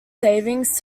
savings